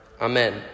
Amen